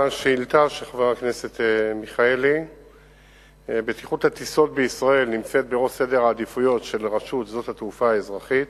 חבר הכנסת אברהם מיכאלי שאל את שר התחבורה והבטיחות בדרכים ביום ו'